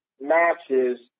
matches